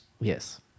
Yes